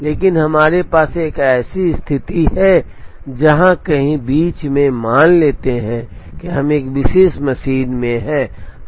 लेकिन हमारे पास एक ऐसी स्थिति है जहां कहीं बीच में मान लेते हैं कि हम एक विशेष मशीन में हैं